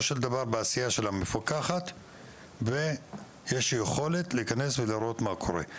של דבר היא מפוקחת בעשייה שלה ויש יכולת ולהיכנס ולראות מה קורה.